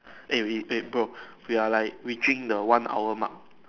eh we eh bro we are like reaching the one hour mark